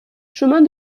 chemin